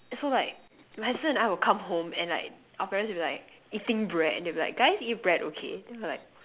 so like my sister and I will come home and like our parents will be like eating bread and they be like guys eat bread okay then we will like